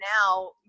now